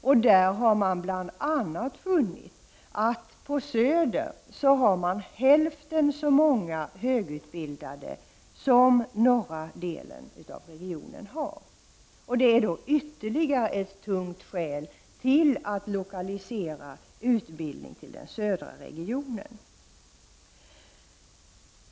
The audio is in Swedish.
Man har då bl.a. funnit att man i den södra länsdelen har hälften så många högutbildade som i den norra delen av regionen. Det är ytterligare ett tungt skäl till att lokalisera utbildningen till den södra regionen.